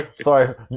Sorry